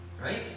right